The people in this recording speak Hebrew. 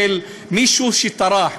של מישהו שטרח,